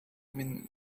минь